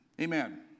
Amen